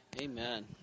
Amen